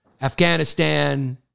Afghanistan